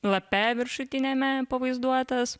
lape viršutiniame pavaizduotas